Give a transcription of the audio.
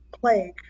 plague